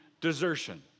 desertion